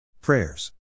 Prayers